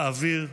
באוויר ובים.